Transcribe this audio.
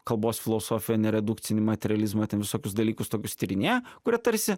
kalbos filosofija neredukcinį materializmą ten visokius dalykus tokius tyrinėja kurie tarsi